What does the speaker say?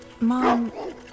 Mom